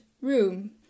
room